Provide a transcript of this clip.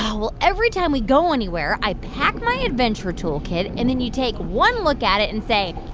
well, every time we go anywhere, i pack my adventure toolkit, and then you take one look at it and say,